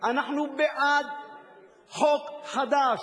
אנחנו בעד חוק חדש.